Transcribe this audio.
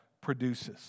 produces